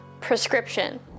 prescription